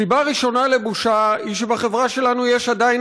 סיבה ראשונה לבושה היא שבחברה שלנו יש עדיין